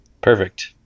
Perfect